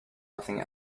nothing